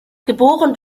geboren